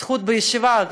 זכות בישיבה.